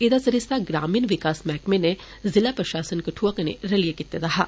ऐहदा सरीस्ता ग्रामीण विकास मैहकमे ने जिला प्रषासन कठ्आ कन्नै रलिए कीते दा हा